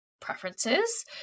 preferences